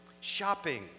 shopping